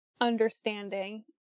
understanding